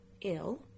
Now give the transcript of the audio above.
ill